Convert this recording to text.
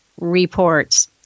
reports